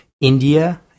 India